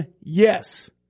Yes